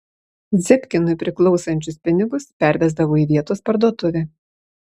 zebkinui priklausančius pinigus pervesdavo į vietos parduotuvę